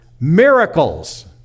Miracles